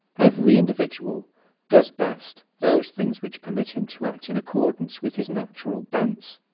every individual does best those things which permit him to act in accordance with his natural bents.